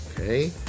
Okay